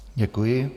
Děkuji.